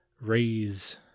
Raise